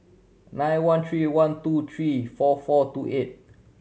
nine one three one two three four four two eight